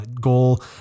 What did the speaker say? goal